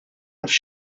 nafx